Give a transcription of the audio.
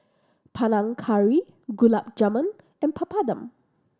Panang Curry Gulab Jamun and Papadum